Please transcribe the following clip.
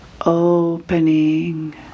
opening